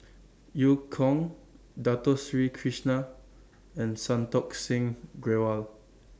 EU Kong Dato Sri Krishna and Santokh Singh Grewal